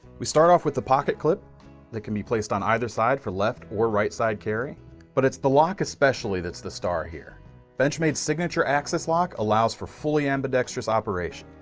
we start off with the pocket clip that can be placed on either side for left or right side carry but it's the lock especially that's the star here benchmade's signature access lock allows for fully ambidextrous operation.